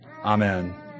Amen